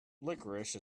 licorice